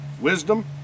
wisdom